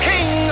King